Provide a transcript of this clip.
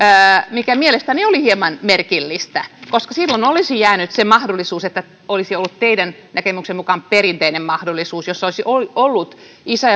mikä mielestäni oli hieman merkillistä koska silloin olisi jäänyt se mahdollisuus olisi ollut teidän näkemyksenne mukainen perinteinen mahdollisuus jossa olisi ollut isä